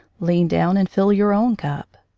lean down and fill your own cup.